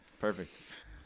Perfect